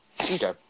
Okay